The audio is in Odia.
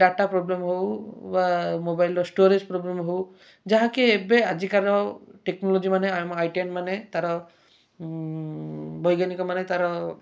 ଡାଟା ପ୍ରୋବ୍ଲେମ୍ ହେଉ ବା ମୋବାଇଲ୍ର ଷ୍ଟୋରେଜ୍ ପ୍ରୋବ୍ଲେମ୍ ହେଉ ଯାହାକି ଏବେ ଆଜିକାର ଟେକ୍ନୋଲୋଜି ମାନେ ଆଇଟିଆର୍ ମାନେ ତା'ର ବୈଜ୍ଞାନିକ ମାନେ ତା'ର